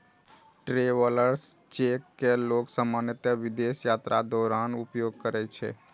travellers cheque कें लोग सामान्यतः विदेश यात्राक दौरान उपयोग करै छै